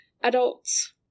adults